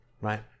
right